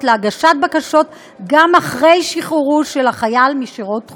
להגשת בקשות גם אחרי שחרור החייל משירות חובה.